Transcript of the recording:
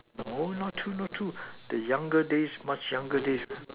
no la not true not true the younger days much youngest day